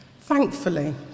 Thankfully